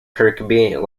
kirkby